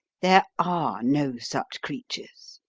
there are no such creatures.